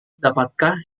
dapatkah